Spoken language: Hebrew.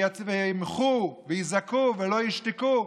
שימחו ויזעקו ולא ישתקו,